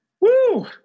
Woo